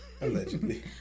allegedly